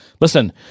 listen